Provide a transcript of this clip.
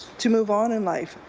to move on in life.